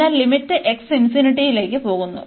അതിനാൽ limit x ലേക്ക് പോകുന്നു